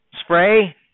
Spray